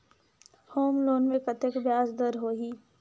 Home loan मे कतेक ब्याज दर होही?